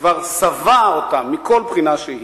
כבר שבע אותם מכל בחינה שהיא.